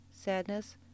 sadness